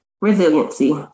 Resiliency